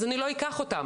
אז אני לא אקח אותם,